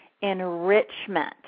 enrichment